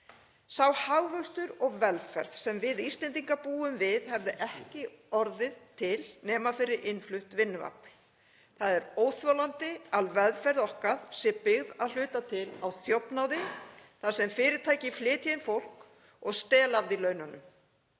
Sá hagvöxtur og sú velferð sem við Íslendingar búum við hefði ekki orðið til nema fyrir innflutt vinnuafl. Það er óþolandi að velferð okkar sé byggð að hluta til á þjófnaði þar sem fyrirtæki flytja inn fólk og stela af því laununum,